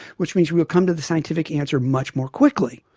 which means we will come to the scientific answer much more quickly.